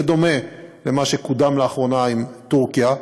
בדומה למה שקודם לאחרונה עם טורקיה,